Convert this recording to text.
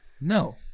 no